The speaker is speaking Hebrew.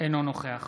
אינו נוכח